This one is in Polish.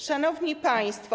Szanowni Państwo!